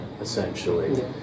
essentially